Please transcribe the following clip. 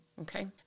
okay